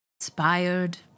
Inspired